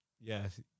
Yes